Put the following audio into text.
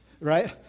right